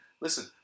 Listen